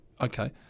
Okay